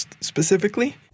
specifically